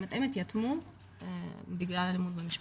זאת אומרת, הם התייתמו בגלל אלימות במשפחה.